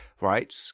right